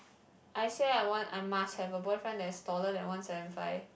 I say I want I must have a boyfriend that is taller than one seven five